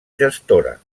gestora